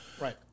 Right